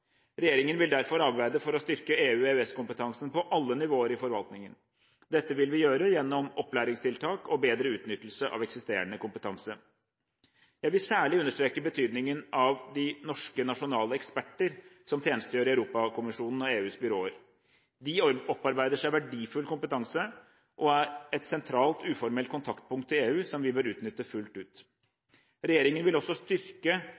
Regjeringen vil derfor arbeide for å styrke EU/EØS-kompetansen på alle nivåer i forvaltningen. Dette vil vi gjøre gjennom opplæringstiltak og bedre utnyttelse av eksisterende kompetanse. Jeg vil særlig understreke betydningen av de norske nasjonale eksperter som tjenestegjør i Europakommisjonen og i EUs byråer. De opparbeider seg verdifull kompetanse, og er et sentralt uformelt kontaktpunkt til EU som vi bør utnytte fullt ut. Regjeringen vil også styrke